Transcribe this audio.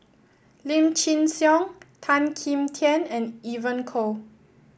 Lim Chin Siong Tan Kim Tian and Evon Kow